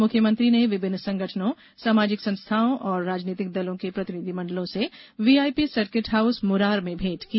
मुख्यमंत्री ने विभिन्न संगठनों सामाजिक संस्थाओं एवं राजनीतिक दलों के प्रतिनिधि मंडलों से वीआईपी सर्किट हाउस मुरार में भेंट की